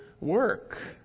work